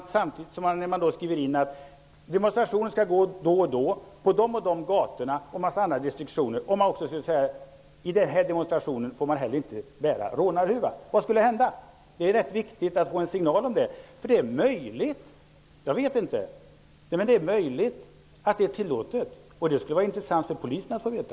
Om man samtidigt som man skriver in att demonstrationen skall gå då och då, på de och de gatorna och en massa andra instruktioner också skriver in detta villkor, vad skulle hända? Det är viktigt att Polisen får en signal här. Jag vet inte, men det är möjligt att det är tillåtet att föreskriva ett sådant villkor, och det skulle vara intressant för Polisen att få veta.